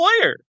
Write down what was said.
player